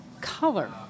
color